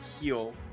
heal